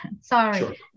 sorry